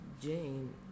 Jane